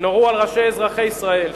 נורו על ראשי אזרחי ישראל.